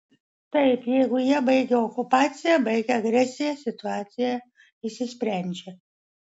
taip jeigu jie baigia okupaciją baigia agresiją situacija išsisprendžia